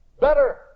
better